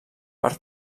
per